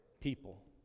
people